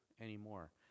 anymore